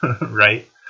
Right